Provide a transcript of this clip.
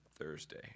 Thursday